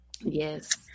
yes